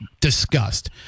discussed